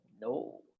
no